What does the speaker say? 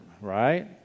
right